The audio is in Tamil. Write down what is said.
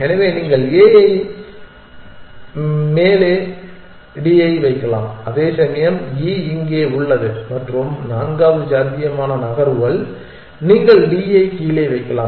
எனவே நீங்கள் A ஐ மேலே D ஐ வைக்கலாம் அதேசமயம் E இங்கே உள்ளது மற்றும் நான்காவது சாத்தியமான நகர்வு நீங்கள் D ஐ கீழே வைக்கலாம்